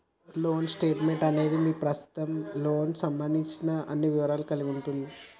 loan statement అనేది మీ ప్రస్తుత లోన్కు సంబంధించిన అన్ని వివరాలను కలిగి ఉంటది